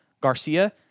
Garcia